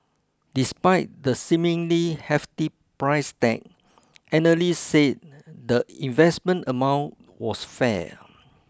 despite the seemingly hefty price tag analysts said the investment amount was fair